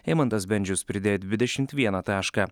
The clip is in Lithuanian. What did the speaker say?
eimantas bendžius pridėjo dvidešimt vieną tašką